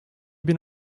bin